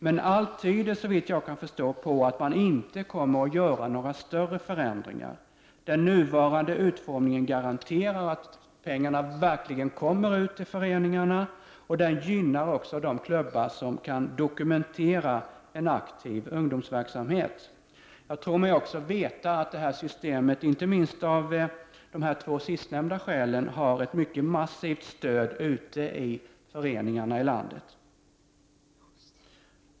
Men såvitt jag kan förstå tyder allt på att man inte kommer att göra några större förändringar. Den nuvarande utformningen garanterar att pengarna verkligen kommer ut till föreningarna, och den gynnar också de klubbar som kan dokumentera en aktiv ungdomsverksamhet. Jag tror mig också veta att detta system — inte minst av de två sistnämnda skälen — har ett mycket massivt stöd ute i föreningarna i landet.